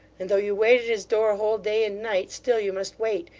and though you wait at his door a whole day and night, still you must wait,